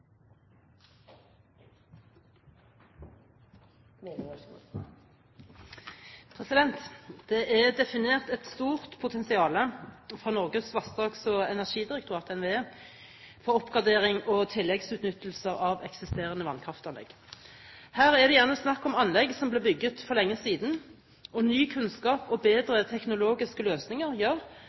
definert et stort potensial fra Norges vassdrags- og energidirektorat, NVE, for oppgradering og tilleggsutnyttelse av eksisterende vannkraftanlegg. Her er det gjerne snakk om anlegg som ble bygget for lenge siden, og ny kunnskap og bedre teknologiske